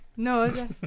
No